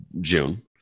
June